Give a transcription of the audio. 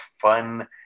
fun